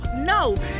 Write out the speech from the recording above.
no